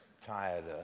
tired